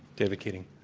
david keating.